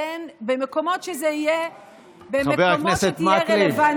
ובמקומות שתהיה רלוונטיות,